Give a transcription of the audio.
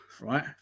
right